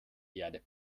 erde